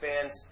fans